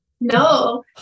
No